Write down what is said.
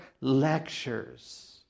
lectures